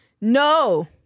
No